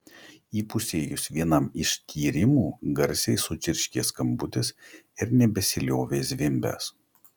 įpusėjus vienam iš tyrimų garsiai sučirškė skambutis ir nebesiliovė zvimbęs